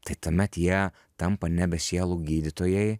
tai tuomet jie tampa nebe sielų gydytojai